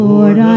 Lord